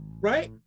Right